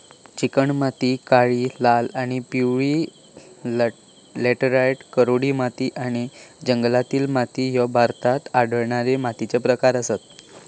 चिकणमाती, काळी, लाल आणि पिवळी लॅटराइट, कोरडी माती आणि जंगलातील माती ह्ये भारतात आढळणारे मातीचे प्रकार आसत